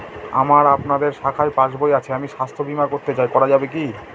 আমার আপনাদের শাখায় পাসবই আছে আমি স্বাস্থ্য বিমা করতে চাই করা যাবে কি?